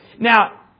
Now